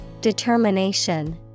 Determination